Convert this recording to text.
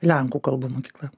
lenkų kalbų mokykla